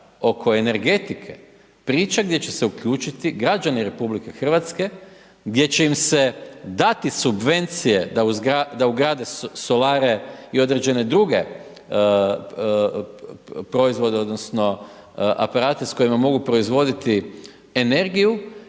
oko energetike priča gdje će se uključiti građani RH, gdje će im se dati subvencije da ugrade solare i određene druge proizvode, odnosno, aparate s kojima mogu proizvoditi energiju,